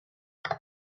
the